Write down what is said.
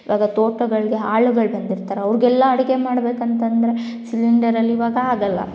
ಇವಾಗ ತೋಟಗಳಿಗೆ ಆಳುಗಳು ಬಂದಿರ್ತಾರೆ ಅವ್ರಿಗೆಲ್ಲ ಅಡುಗೆ ಮಾಡಬೇಕಂತಂದ್ರೆ ಸಿಲಿಂಡರಲ್ಲಿ ಇವಾಗ ಆಗೊಲ್ಲ